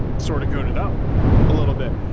sort of goon it up a little bit.